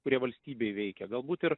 kurie valstybei veikia galbūt ir